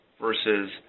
versus